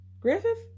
Griffith